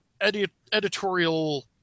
editorial